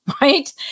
right